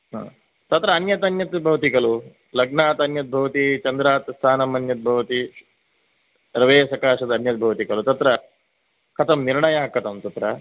हा तत्र अन्यत् अन्यत् भवति खलु लग्नात् अन्यद् भवति चन्द्रात् स्थानम् अन्यत् भवति रवेः सकाशात् अन्यत् भवति खलु तत्र कथं निर्णयः कथं तत्र